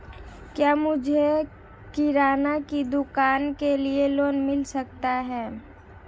क्या मुझे किराना की दुकान के लिए लोंन मिल सकता है?